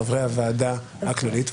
לחברי הוועדה הכללית,